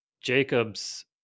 jacob's